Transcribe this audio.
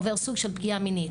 עובר סוג של פגיעה מינית.